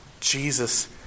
Jesus